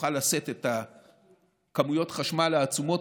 שתוכל לשאת את כמויות החשמל העצומות